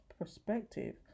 perspective